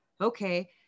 Okay